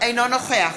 אינו נוכח